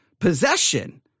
possession